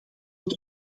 het